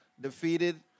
defeated